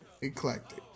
Eclectic